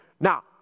Now